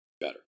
better